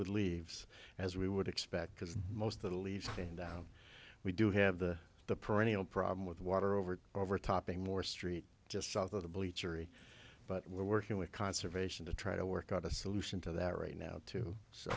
leaves as we would expect because most of the leaves and we do have the perennial problem with water over overtopping more street just south of the bleachery but we're working with conservation to try to work out a solution to that right now too so